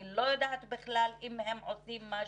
ואני לא יודעת אם בכלל הם עושים משהו.